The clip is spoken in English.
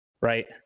right